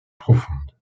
profondes